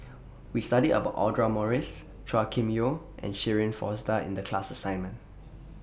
We studied about Audra Morrice Chua Kim Yeow and Shirin Fozdar in The class assignment